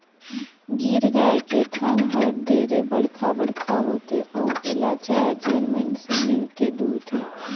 गीर गाय के थन हर ढेरे बड़खा बड़खा होथे अउ एला चायर झन मइनसे मिलके दुहथे